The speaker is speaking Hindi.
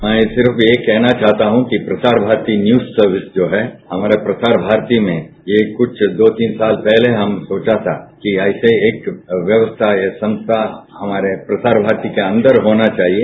मैं सिर्फ यही कहना चाहता हूं कि प्रसार भारती न्यूज सर्विस जो है हमारा प्रसार भारती में ये कुछ दो तीन साल पहले हम सोचा था कि ऐसा एक व्यवस्था या संस्था हमारे प्रसार भारती के अंदर होना चाहिए